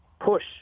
push